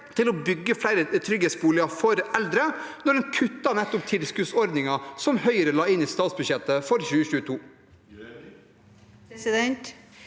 til å bygge flere trygghetsboliger for eldre, når en kutter nettopp tilskuddsordningen som Høyre la inn i statsbudsjettet for 2022?